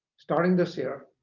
starting this year